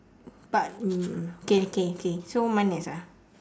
but mm okay okay okay so mine next ah